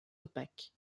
opaques